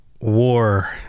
war